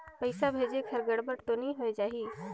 पइसा भेजेक हर गड़बड़ तो नि होए जाही?